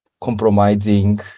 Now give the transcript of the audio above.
compromising